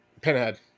Pinhead